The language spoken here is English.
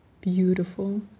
beautiful